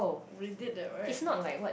we did that right